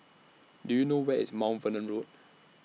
Do YOU know Where IS Mount Vernon Road